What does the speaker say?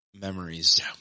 memories